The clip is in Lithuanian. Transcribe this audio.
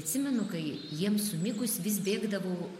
atsimenu kai jiems sumigus vis bėgdavau